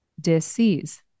disease